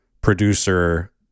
producer